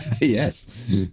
Yes